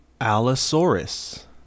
Allosaurus